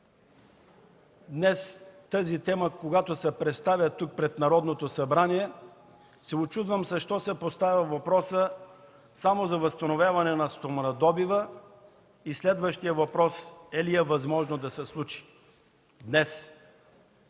тази тема се представя пред Народното събрание, се учудвам, защо се поставя въпросът само за възстановяване на стоманодобива и следващият въпрос: е ли е възможно да се случи днес